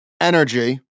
Energy